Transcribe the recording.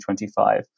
2025